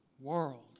world